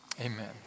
amen